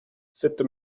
cette